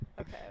okay